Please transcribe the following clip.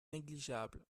négligeable